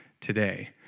today